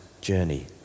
journey